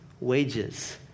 wages